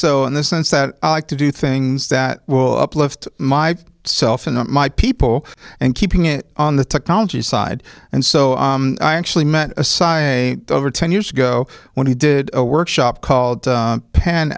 so in the sense that to do things that will uplift my self and my people and keeping it on the technology side and so i actually met a sigh i over ten years ago when he did a workshop called pen pen